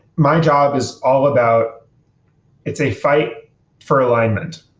my job is all about it's a fight for alignment.